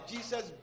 Jesus